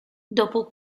dopo